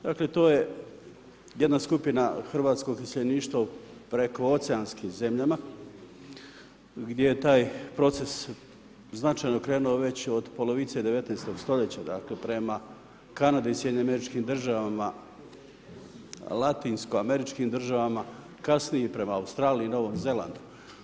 Dakle to je jedna skupina hrvatskog iseljeništva u prekooceanskim zemljama gdje je taj proces značajno krenuo već od polovice 19. st., prema Kanadi i SAD-u, latinoameričkim državama, kasnije prema Australiji i Novom Zelandu.